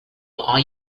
are